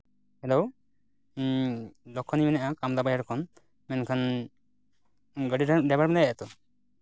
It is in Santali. ᱦᱮᱞᱳ ᱞᱚᱠᱠᱷᱚᱱᱤᱧ ᱢᱮᱱᱮᱜᱼᱟ ᱠᱟᱢᱫᱟ ᱵᱟᱡᱟᱨ ᱠᱷᱚᱱ ᱢᱮᱱᱠᱷᱟᱱ ᱜᱟᱹᱰᱤ ᱰᱟᱭᱵᱷᱟᱜᱮᱢ ᱞᱟᱹᱭᱮᱜᱼᱟ ᱛᱚ